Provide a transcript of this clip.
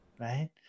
right